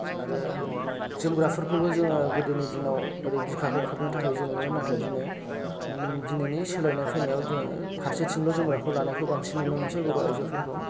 आरो जोमग्राफोरखौबो जोङो गोदोनि दिनाव ओरै बिखाखौ खोबनो थाखायसो गानोमोन नाथाय दिनै दिनैनि सोलायनाय फैनायाव जोङो फारसेथिंल' जोमग्राखौ लानायखौ बांसिन नुनो मोनसै बर' आइजोफोरखौ